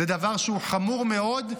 זה דבר חמור מאוד,